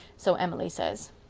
so emily says.